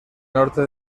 norte